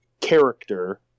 character